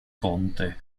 conte